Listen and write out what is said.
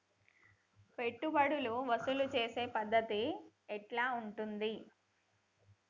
పెట్టుబడులు వసూలు చేసే పద్ధతి ఎట్లా ఉంటది?